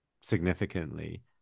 significantly